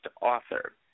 author